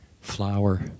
flower